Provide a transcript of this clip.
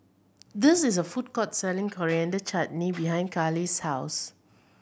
this is a food court selling Coriander Chutney behind Kali's house